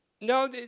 No